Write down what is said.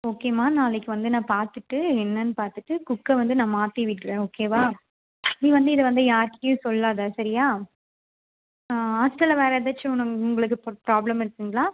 ஓகேம்மா நாளைக்கு வந்து நான் பார்த்துட்டு என்னன்னு பார்த்துட்டு குக்கை வந்து நான் மாற்றி விடுறேன் ஓகேவா நீ வந்து இதை வந்து யாருக்கிட்டயும் சொல்லாதே சரியா ஹாஸ்ட்டலில் வேறு ஏதாச்சும் உன்னங் உங்களுக்கு ப் ப்ராப்ளம் இருக்குதுங்களா